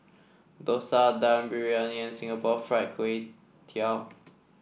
dosa Dum Briyani and Singapore Fried Kway Tiao